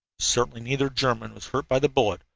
certainly neither german was hurt by the bullet,